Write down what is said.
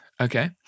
Okay